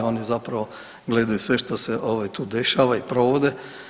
Oni zapravo gledaju sve što se tu dešava i provode.